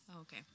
Okay